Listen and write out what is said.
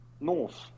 North